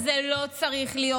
השיח הזה לא צריך להיות.